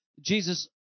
Jesus